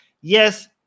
Yes